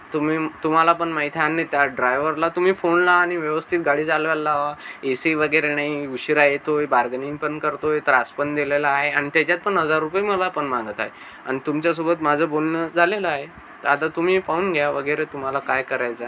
तुम्ही तुम्हाला पण माहीत आहे आणि त्या ड्रायव्हरला तुम्ही फोन लावा आणि व्यवस्थित गाडी चालवायला लावा ए सी वगैरे नाही उशिरा येतो आहे बार्गनिन पण करतो आहे त्रास पण दिलेला आहे आणि त्याच्यात पण हजार रुपये मला पण मागत आहे आणि तुमच्यासोबत माझं बोलणं झालेलं आहे आता तुम्ही पाहुन घ्या वगैरे तुम्हाला काय करायचं आहे